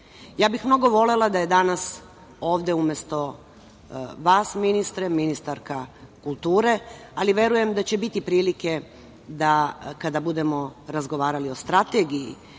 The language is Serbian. bih volela da je danas ovde umesto vas, ministre, ministarka kulture, ali verujem da će biti prilike da, kada budemo razgovarali o Strategiji